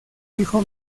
hijo